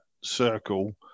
circle